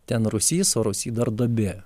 ten rūsys o rūsy dar duobė